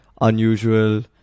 unusual